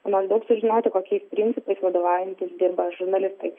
maždaug sužinoti kokiais principais vadovaujantis dirba žurnalistai